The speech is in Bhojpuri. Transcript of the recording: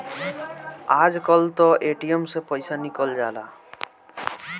आजकल तअ ए.टी.एम से पइसा निकल जाला